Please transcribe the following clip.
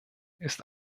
ist